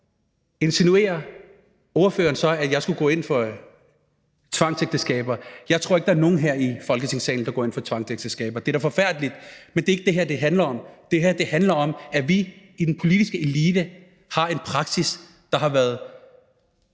insinuerer ordføreren så, at jeg skulle gå ind for tvangsægteskaber. Jeg tror ikke, der er nogen her i Folketingssalen, der går ind for tvangsægteskaber. Det er da forfærdeligt, men det er ikke det, det her handler om. Det her handler om, at vi i den politiske elite har en praksis, der har været